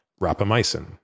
rapamycin